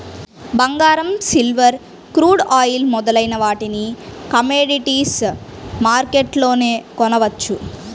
బంగారం, silver, crude oil మొదలైన వాటిని కమోడిటీస్ మార్కెట్లోనే కొనవచ్చు